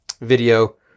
video